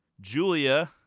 Julia